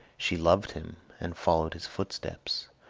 she loved him, and followed his footsteps.